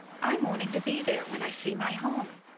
i'm wanting to be there when i see my home.